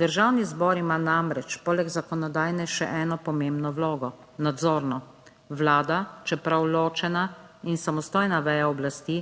Državni zbor ima namreč poleg zakonodajne še eno pomembno vlogo, nadzorno. Vlada, čeprav ločena in samostojna veja oblasti,